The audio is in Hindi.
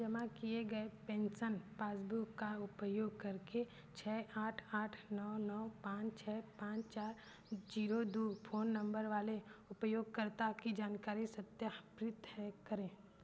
जमा किए गए पेन्शन पासबुक का उपयोग करके छे आठ आठ नौ नौ पाँच छः पाँच चार जोरों दो फ़ोन नम्बर वाले उपयोगकर्ता की जानकारी सत्यापित करें